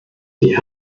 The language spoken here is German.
die